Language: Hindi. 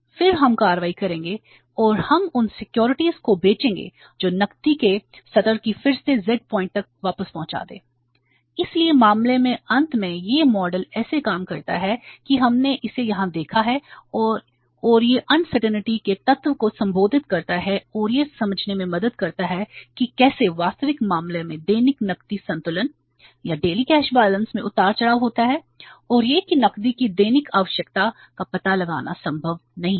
फिर हम कार्रवाई करेंगे और हम उन सिक्योरिटीज में उतार चढ़ाव होता है और यह कि नकदी की दैनिक आवश्यकता का पता लगाना संभव नहीं है